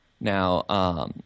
Now –